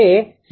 તે 0